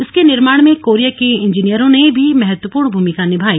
इसके निर्माण में कोरिया के इंजीनियरों ने भी महत्वपूर्ण भूमिका भी निमाई